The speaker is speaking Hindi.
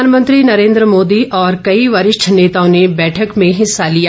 प्रधानमंत्री नरेंद्र मोदी और कई वरिष्ठ नेताओं ने बैठक में हिस्सा लिया